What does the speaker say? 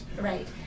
Right